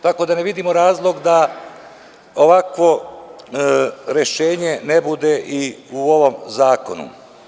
Tako da ne vidimo razlog da ovakvo rešenje ne bude i u ovom zakonu.